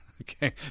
okay